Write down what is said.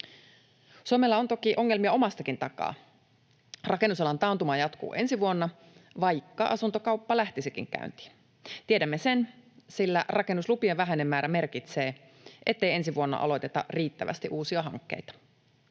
Suomella on toki ongelmia omastakin takaa. Rakennusalan taantuma jatkuu ensi vuonna, vaikka asuntokauppa lähtisikin käyntiin. Tiedämme sen, sillä rakennuslupien vähäinen määrä merkitsee, ettei ensi vuonna aloiteta riittävästi uusia hankkeita.